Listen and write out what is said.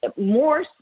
more